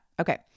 okay